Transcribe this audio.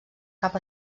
cap